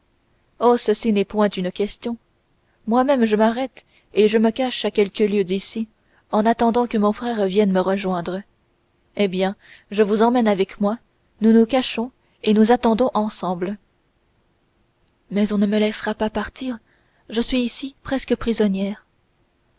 ceci n'est point une question moi-même je m'arrête et je me cache à quelques lieues d'ici en attendant que mon frère vienne me rejoindre eh bien je vous emmène avec moi nous nous cachons et nous attendons ensemble mais on ne me laissera pas partir je suis ici presque prisonnière